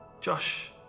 Josh